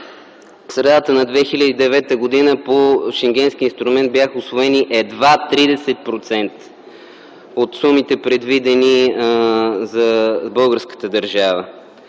средата на 2009 г. по Шенгенския инструмент бяха усвоени едва 30% от сумите, предвидени за българската държава.